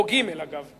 או ג' אגב,